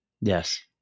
Yes